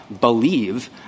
believe